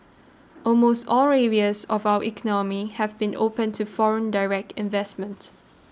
almost all areas of our economy have been opened to foreign direct investment